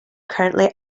currently